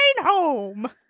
home